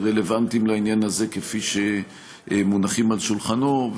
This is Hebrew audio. שרלוונטיים לעניין הזה שמונחים על שולחנו.